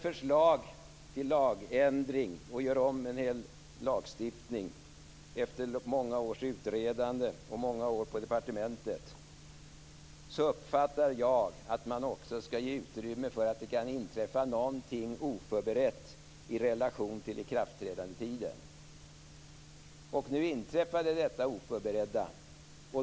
Fru talman! Lägger man fram ett förslag till en lagändring efter många års utredande på departementet som innebär att en hel lagstiftning görs om, uppfattar jag att man också ska ge utrymme för att det kan inträffa någonting oförberett i relation till ikraftträdandetiden. Nu inträffade detta oförberedda.